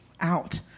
out